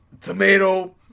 tomato